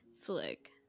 Flick